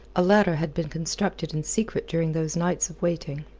a ladder had been constructed in secret during those nights of waiting.